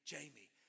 Jamie